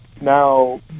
now